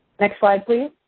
next slide, please.